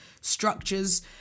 structures